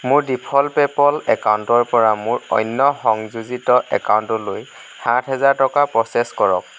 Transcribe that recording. মোৰ default PayPal একাউণ্টৰ পৰা মোৰ অন্য সংযোজিত একাউণ্টলৈ সাত হাজাৰ টকা প্ৰ'চেছ কৰক